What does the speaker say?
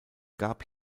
gab